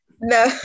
no